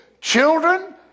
children